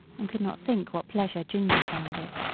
and could not think what pleasure ginger found it.